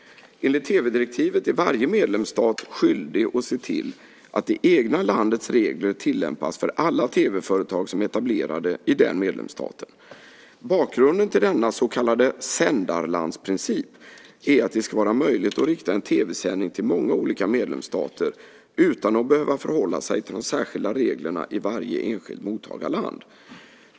Enligt tv-direktivet är varje medlemsstat skyldig att se till att det egna landets regler tillämpas för alla tv-företag som är etablerade i den medlemsstaten. Bakgrunden till denna så kallade sändarlandsprincip är att det ska vara möjligt att rikta en tv-sändning till många olika medlemsstater utan att behöva förhålla sig till de särskilda reglerna i varje enskilt mottagarland.